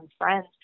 friends